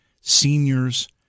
seniors